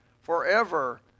forever